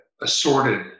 assorted